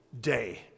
day